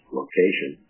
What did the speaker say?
location